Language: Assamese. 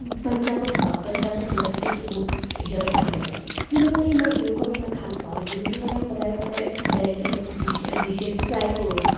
পঞ্জাৱত চাওক পঞ্জাৱত লচ্ছিতো বহুত সিহঁতৰ ভাল লাগে তেতিয়াহ'লে মানে মই এনেকুৱা বনাই ভালপাওঁ যোনতো মানে সদায় সদায় বেলেগ বেলেগ ডি ডিছেছ ট্ৰাই কৰোঁ